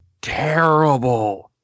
terrible